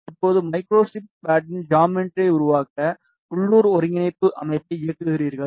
இப்போது மைக்ரோஸ்ட்ரிப் பேட்சின் ஜாமெட்ரியை உருவாக்க உள்ளூர் ஒருங்கிணைப்பு அமைப்பை இயக்குகிறீர்கள்